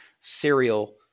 serial